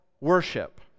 worship